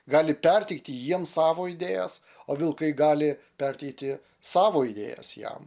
gali perteikti jiems savo idėjas o vilkai gali perteikti savo idėjas jam